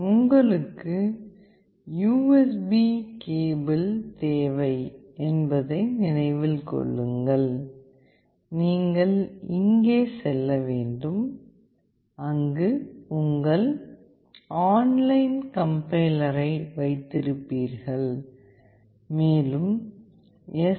உங்களுக்கு USB cable தேவை என்பதை நினைவில் கொள்ளுங்கள் நீங்கள் இங்கே செல்ல வேண்டும் அங்கு உங்கள் ஆன்லைன் கம்பைலரை வைத்திருப்பீர்கள் மேலும் எஸ்